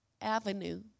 avenue